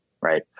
Right